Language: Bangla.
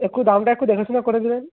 একটু দামটা একটু দেখেশুনে করে দেবেন